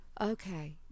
okay